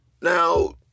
now